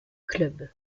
club